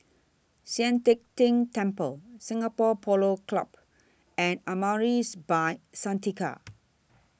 Sian Teck Tng Temple Singapore Polo Club and Amaris By Santika